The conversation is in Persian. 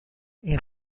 این